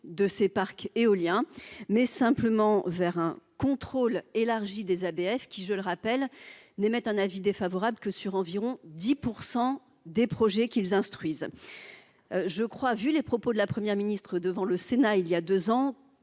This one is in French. de ces parcs éoliens, préférant un contrôle élargi des ABF qui, je le rappelle, n'émettent un avis défavorable que sur environ 10 % des projets qu'ils instruisent. Compte tenu des propos tenus par la Première ministre devant le Sénat voilà deux ans,